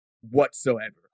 whatsoever